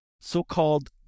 so-called